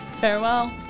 Farewell